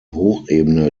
hochebene